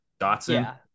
Dotson